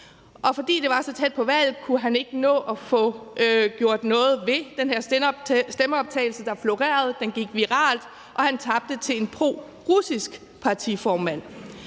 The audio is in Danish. og fordi det var så tæt på valget, kunne han ikke nå at få gjort noget ved den stemmeoptagelse, der florerede, den gik viralt, og han tabte til en prorussisk partiformand.